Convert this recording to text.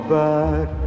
back